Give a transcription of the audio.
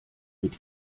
mit